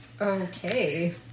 Okay